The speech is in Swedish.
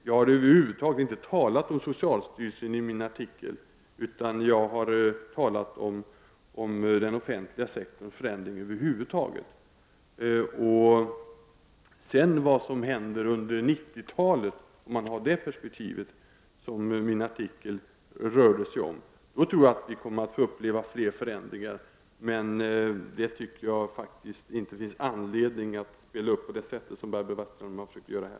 Jag har över huvud taget inte talat om socialstyrelsen i min artikel utan om den offentliga sektorns förändring i stort. Jag tror att vi under 90-talet, som är det perspektiv min artikel hade, kommer att få uppleva flera förändringar. Men det finns enligt min uppfattning ingen anledning att spela upp det hela på det sätt som Barbro Westerholm har försökt göra här.